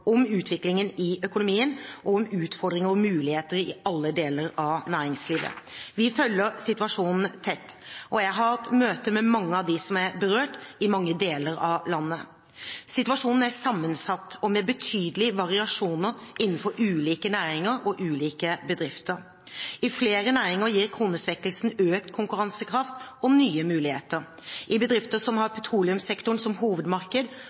om utviklingen i økonomien og om utfordringer og muligheter i alle deler av næringslivet. Vi følger situasjonen tett. Jeg har hatt møte med mange av dem som er berørt, i mange deler av landet. Situasjonen er sammensatt og med betydelige variasjoner innenfor ulike næringer og ulike bedrifter. I flere næringer gir kronesvekkelsen økt konkurransekraft og nye muligheter. I bedrifter som har petroleumssektoren som hovedmarked,